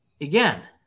again